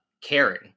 caring